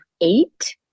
eight